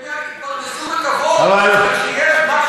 בסדר, שהם יתפרנסו בכבוד, אבל שתהיה, חבר